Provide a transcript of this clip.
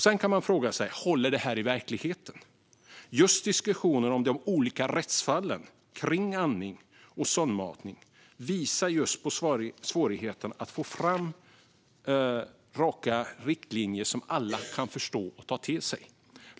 Sedan kan man fråga sig om detta håller i verkligheten. Just diskussionen om de olika rättsfallen kring andning och sondmatning visar just på svårigheten att få fram raka riktlinjer som alla kan förstå och ta till sig.